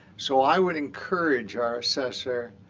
so i would encourage our assessor